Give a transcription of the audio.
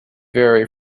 vary